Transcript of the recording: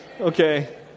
okay